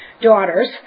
daughters